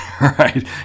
right